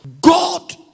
god